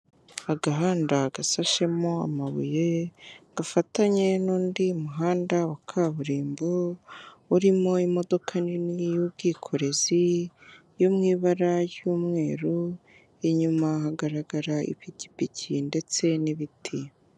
Agahanda gasashemo amabuye gafatanye n'undi muhanda wa kaburimbo urimo imodoka nini y'ubwikorezi yo mu ibara ry'umweru, inyuma hagaragara ipikipiki ndetse n'ibiti.